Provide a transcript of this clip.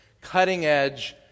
cutting-edge